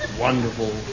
wonderful